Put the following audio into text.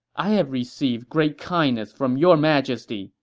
i have received great kindness from your majesty,